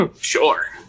Sure